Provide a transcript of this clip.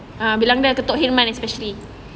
ah bilang dia I ketuk himan especially